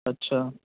اچھا